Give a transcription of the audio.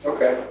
Okay